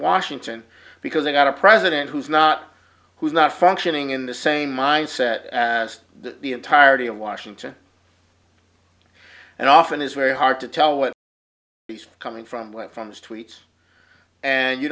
washington because they've got a president who's not who is not functioning in the same mindset as the entirety of washington and often is very hard to tell what he's coming from with from his tweets and you